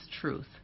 truth